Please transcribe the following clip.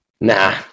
nah